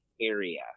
area